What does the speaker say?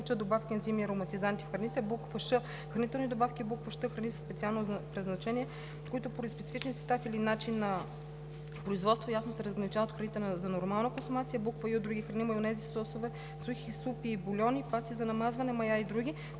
добавки, ензими и ароматизанти в храните; ш) хранителни добавки; щ) храни със специално предназначение, които поради специфичния си състав или начин на производство ясно се разграничават от храните за нормална консумация; ю) други храни – майонези, сосове, сухи супи и бульони, пасти за намазване, мая и др.